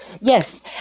Yes